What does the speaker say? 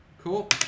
Cool